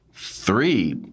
Three